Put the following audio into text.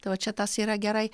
tai va čia tas yra gerai